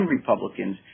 Republicans